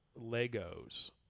Legos